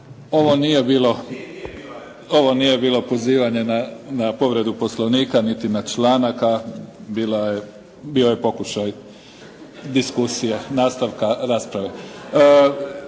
ovo nije bilo pozivanje na povredu poslovnika niti na članak, a bio je pokušaj diskusije, nastavka rasprave.